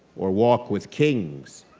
or walk with kings,